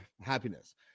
happiness